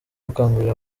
gukangurira